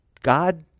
God